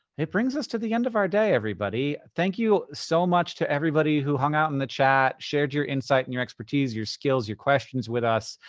it brings us to the end of our day, everybody. thank you so much to everybody who hung out in the chat, shared your insight and your expertise, your skills, your questions with us.